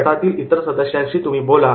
गटातील इतर सदस्यांशी तुम्ही बोला